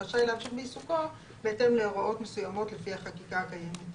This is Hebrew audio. אך רשאי להמשיך בעיסוקו" בהתאם להוראות מסוימות לפי החקיקה הקיימת.